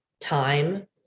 time